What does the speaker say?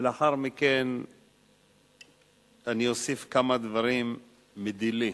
ולאחר מכן אני אוסיף כמה דברים מדילי.